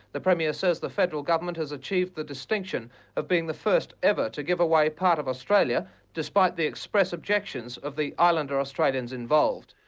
the premier says the federal government has achieved the distinction of being the first ever to give away part of australia despite the express objections of the islander australians involved.